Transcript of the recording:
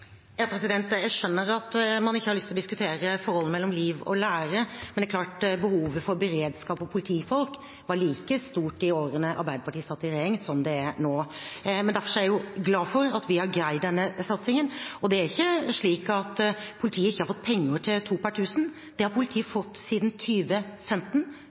Jeg skjønner at man ikke har lyst til å diskutere forholdet mellom liv og lære, men det er klart at behovet for beredskap og politifolk var like stort de årene Arbeiderpartiet satt i regjering, som det er nå. Derfor er jeg glad for at vi har greid denne satsingen. Det er ikke slik at politiet ikke har fått penger til to per tusen. Det har politiet